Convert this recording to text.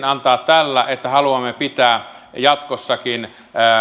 antaa tällä selkeän viestin että haluamme pitää jatkossakin